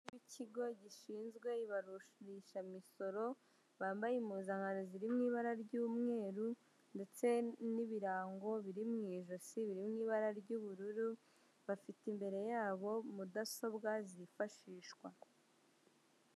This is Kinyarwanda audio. Ikigo gishinzwe ibarurishamisoro, bambaye impuzankano ziririmo ibara ry'umweru, ndetse n'ibirango biri mu ijosi biri mu ibara ry'ubururu, bafite imbere yabo mudasobwa zifashishwa.